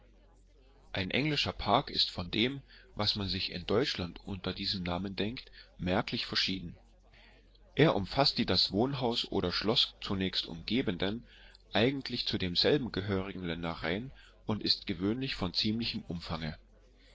ein englischer park ist von dem was man sich in deutschland unter diesem namen denkt merklich verschieden er umfasst die das wohnhaus oder schloß zunächst umgebenden eigentlich zu demselben gehörigen ländereien und ist gewöhnlich von ziemlichen umfange